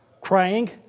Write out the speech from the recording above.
crying